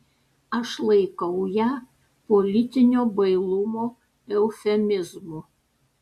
aš laikau ją politinio bailumo eufemizmu